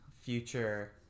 future